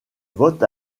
vote